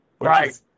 Right